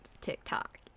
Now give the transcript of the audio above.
tiktok